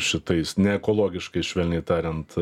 šitais neekologiškais švelniai tariant